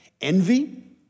Envy